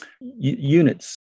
units